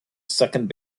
second